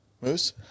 Moose